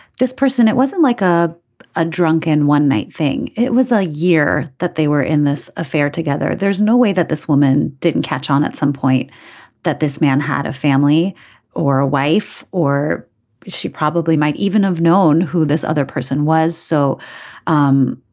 this person it wasn't like a a drunken one night thing. it was a year that they were in this this affair together. there's no way that this woman didn't catch on at some point that this man had a family or a wife or she probably might even have known who this other person was. so um